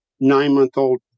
nine-month-old